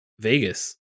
Vegas